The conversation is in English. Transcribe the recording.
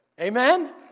Amen